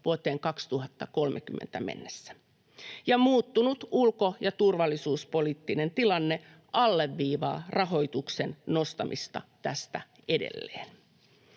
vuoteen 2030 mennessä, ja muuttunut ulko- ja turvallisuuspoliittinen tilanne alleviivaa rahoituksen nostamista tästä edelleen.